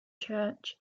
church